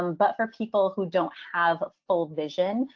um but for people who don't have full vision,